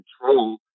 control